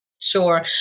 Sure